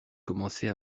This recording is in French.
commencer